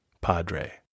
Padre